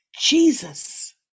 jesus